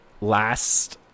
last